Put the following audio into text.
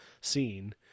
scene